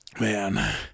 Man